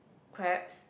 crabs